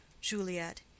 Juliet